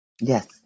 Yes